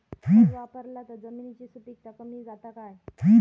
खत वापरला तर जमिनीची सुपीकता कमी जाता काय?